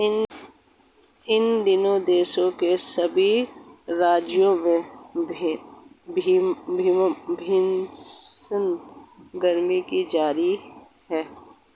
इन दिनों देश के सभी राज्यों में भीषण गर्मी का दौर जारी है